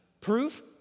Proof